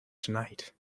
tonight